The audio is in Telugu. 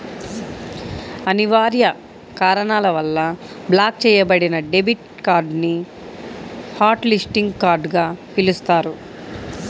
అనివార్య కారణాల వల్ల బ్లాక్ చెయ్యబడిన డెబిట్ కార్డ్ ని హాట్ లిస్టింగ్ కార్డ్ గా పిలుస్తారు